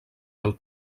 del